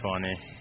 funny